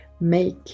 Make